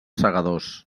segadors